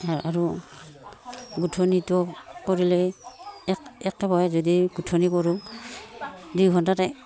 আৰু গোঁঠনিটো কৰিলে এক একেবহাই যদি গোঁঠনি কৰোঁ দুঘণ্টাতে